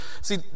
see